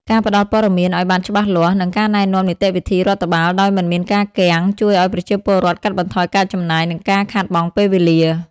ការផ្តល់ព័ត៌មានឱ្យបានច្បាស់លាស់ និងការណែនាំនីតិវិធីរដ្ឋបាលដោយមិនមានការគាំង ជួយឱ្យប្រជាពលរដ្ឋកាត់បន្ថយការចំណាយ និងការខាតបង់ពេលវេលា។